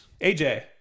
AJ